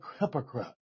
hypocrite